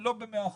לא במאה אחוז,